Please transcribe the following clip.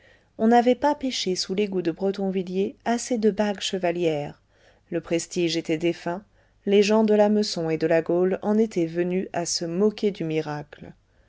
on n'avait pas pêché sous l'égout de bretonvilliers assez de bagues chevalières le prestige était défunt les gens de l'hameçon et de la gaule en étaient venus à se moquer du miracle